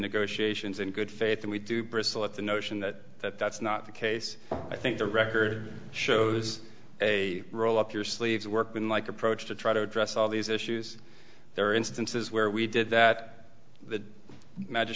negotiations in good faith and we do bristle at the notion that it's not the case i think the record shows a roll up your sleeves workman like approach to try to address all these issues there are instances where we did that the